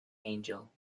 angel